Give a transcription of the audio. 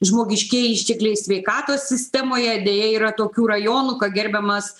žmogiškieji ištekliai sveikatos sistemoje deja yra tokių rajonų ką gerbiamas